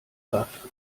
baff